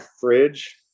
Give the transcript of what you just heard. fridge